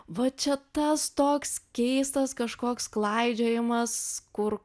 va čia tas toks keistas kažkoks klaidžiojimas kur